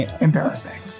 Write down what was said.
Embarrassing